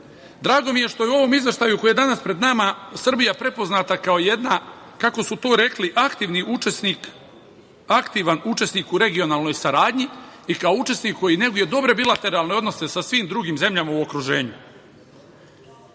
mi je što je u ovom izveštaju koji je danas pred nama Srbija prepoznata kao jedna, kako su to rekli, aktivan učesnik u regionalnoj saradnji i kao učesnik koji neguje dobre bilateralne odnose sa svim drugim zemljama u okruženju. Ponosni